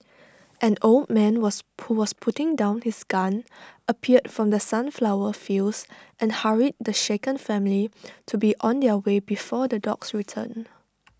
an old man was who was putting down his gun appeared from the sunflower fields and hurried the shaken family to be on their way before the dogs return